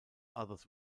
others